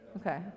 Okay